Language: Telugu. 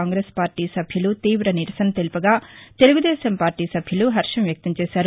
కాంగ్రెస్ పార్లీ సభ్యులు తీవ నిరసన తెలుపగా తెలుగుదేశం పార్లీ సభ్యులు హర్వం వ్యక్తం చేసారు